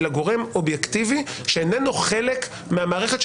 אלא גורם אובייקטיבי שאיננו חלק מהמערכת,